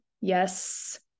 Yes